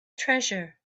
treasure